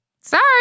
Sorry